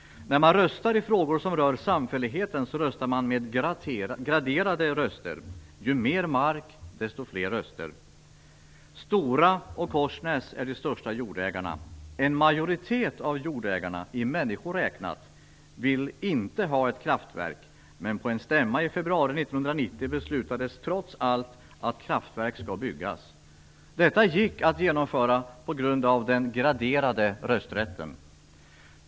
När man röstar i frågor som rör samfälligheten röstar man med graderade röster: ju mer mark, desto fler röster. Stora och Korsnäs är de största jordägarna. En majoritet av jordägarna, i människor räknat, vill inte ha ett kraftverk, men på en stämma i februari 1990 beslutades trots allt att kraftverk skall byggas. Detta gick att genomföra på grund av den graderade rösträtten.